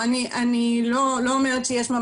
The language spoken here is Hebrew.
בנוגע לדוחות שהתייחסו אני לא בטוחה שהסיבה שלא ניתנו